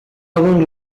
oven